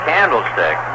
Candlestick